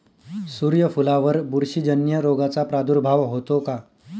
सूर्यफुलावर बुरशीजन्य रोगाचा प्रादुर्भाव होतो का?